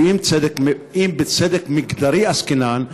ואם בצדק מגדרי עסקינן,